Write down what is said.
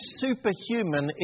superhuman